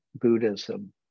Buddhism